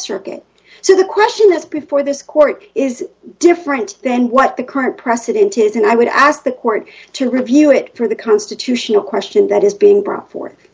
circuit so the question that's before this court is different than what the current precedent is and i would ask the court to review it through the constitutional question that is being brought forth